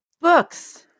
Books